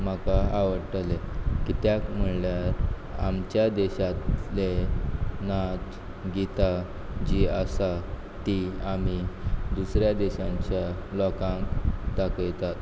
म्हाका आवडटलें कित्याक म्हळ्ळ्यार आमच्या देशातले नाच गितां जीं आसा तीं आमी दुसऱ्या देशांच्या लोकांक दाखयतात